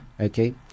okay